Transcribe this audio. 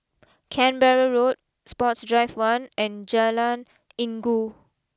Canberra Road Sports Drive one and Jalan Inggu